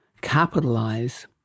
capitalize